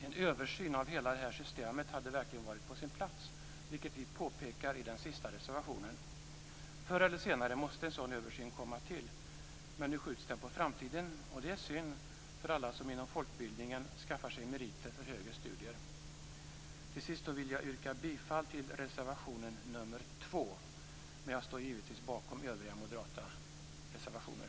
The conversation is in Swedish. En översyn av hela det här systemet hade verkligen varit på sin plats, vilket vi påpekar i den sista reservationen. Förr eller senare måste en sådan översyn komma till stånd, men nu skjuts den på framtiden, vilket är synd för alla som inom folkbildningen skaffar sig meriter för högre studier. Till sist vill jag yrka bifall till reservation nr 2, men jag står givetvis bakom övriga moderata reservationer.